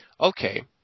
Okay